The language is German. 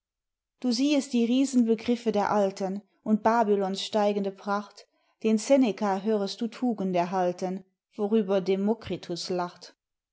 du siehest die riesenbegriffe der alten und babylons steigende pracht den seneca hörest du tugend erhalten worüber democritus lacht